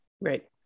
Right